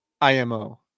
IMO